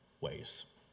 ways